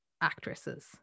actresses